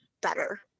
better